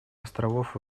островов